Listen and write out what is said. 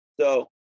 So-